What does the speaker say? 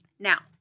Now